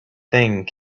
thing